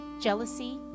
jealousy